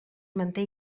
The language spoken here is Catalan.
manté